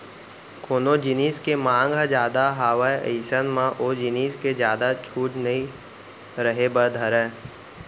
कोनो जिनिस के मांग ह जादा हावय अइसन म ओ जिनिस के जादा छूट नइ रहें बर धरय